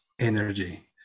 energy